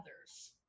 others